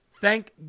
Thank